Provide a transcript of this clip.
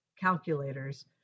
calculators